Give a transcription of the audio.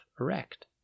erect